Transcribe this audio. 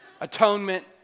atonement